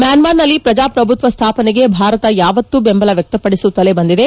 ಮ್ಯಾನ್ಮಾರ್ನಲ್ಲಿ ಪ್ರಜಾಪ್ರಭುತ್ವ ಸ್ಥಾಪನೆಗೆ ಭಾರತ ಯಾವತ್ತಿಗೂ ಬೆಂಬಲ ವ್ಯಕ್ತಪಡಿಸುತ್ತಲೇ ಬಂದಿದೆ